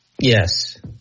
Yes